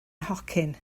nhocyn